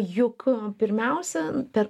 juk pirmiausia per